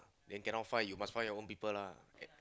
then cannot find you must find your own people lah